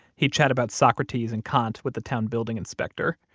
he'd chat about socrates and kant with the town building inspector.